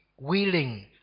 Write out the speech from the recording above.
willing